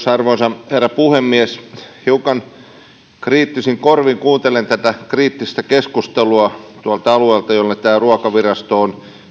arvoisa herra puhemies hiukan kriittisin korvin kuuntelen tätä kriittistä keskustelua tuolta alueelta jolle ruokavirasto on